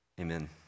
Amen